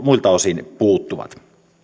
muilta osin puuttuvat